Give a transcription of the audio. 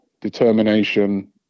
determination